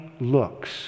looks